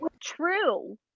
true